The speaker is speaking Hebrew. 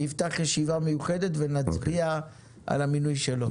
אנחנו נפתח ישיבה מיוחדת ונצביע על המינוי שלו.